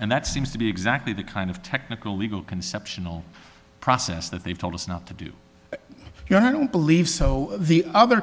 and that seems to be exactly the kind of technical legal conceptional process that they've told us not to do you have don't believe so the other